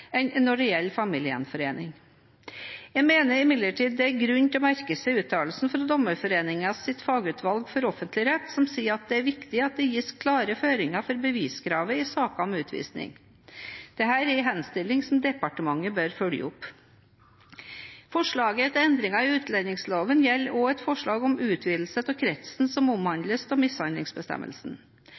enn når det gjelder familiegjenforening. Jeg mener det er grunn til å merke seg uttalelsen fra Dommerforeningens fagutvalg for offentlig rett, som sier at det er viktig at det gis klare føringer for beviskravet i saker med utvisning. Det er en henstilling som departementet bør følge opp. Forslaget til endringer i utlendingsloven gjelder også et forslag om utvidelse av kretsen som omhandles av mishandlingsbestemmelsen.